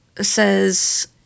says